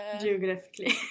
Geographically